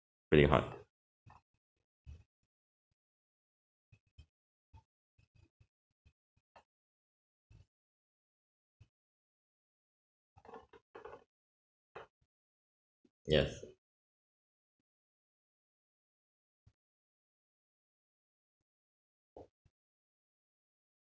pretty hard